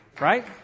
Right